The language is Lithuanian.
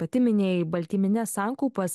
pati minėjai baltymines sankaupas